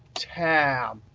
tab,